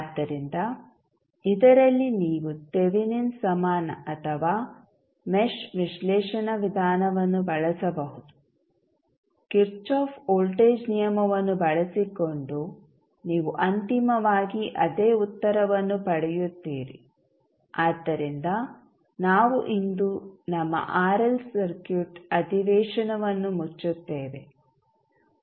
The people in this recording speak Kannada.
ಆದ್ದರಿಂದ ಇದರಲ್ಲಿ ನೀವು ತೆವೆನಿನ್ ಸಮಾನ ಅಥವಾ ಮೆಶ್ ವಿಶ್ಲೇಷಣಾ ವಿಧಾನವನ್ನು ಬಳಸಬಹುದು ಕಿರ್ಚಾಫ್ ವೋಲ್ಟೇಜ್ ನಿಯಮವನ್ನು ಬಳಸಿಕೊಂಡು ನೀವು ಅಂತಿಮವಾಗಿ ಅದೇ ಉತ್ತರವನ್ನು ಪಡೆಯುತ್ತೀರಿ ಆದ್ದರಿಂದ ನಾವು ಇಂದು ನಮ್ಮ ಆರ್ಎಲ್ ಸರ್ಕ್ಯೂಟ್ ಅಧಿವೇಶನವನ್ನು ಮುಚ್ಚುತ್ತೇವೆ